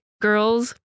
girls